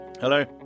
Hello